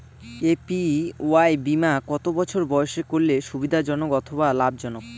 APY বীমা কত বছর বয়সে করলে সুবিধা জনক অথবা লাভজনক?